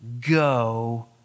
go